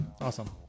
Awesome